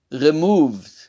removed